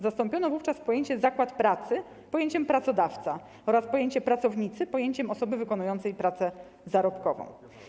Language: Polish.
Zastąpiono wówczas pojęcie „zakład pracy” pojęciem „pracodawca” oraz pojęcie „pracownicy” pojęciem „osoby wykonujące pracę zarobkową”